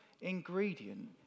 ingredient